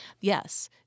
yes